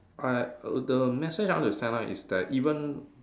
I the message I want to send out is that even